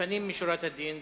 לפנים משורת הדין,